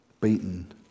beaten